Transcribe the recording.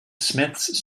smiths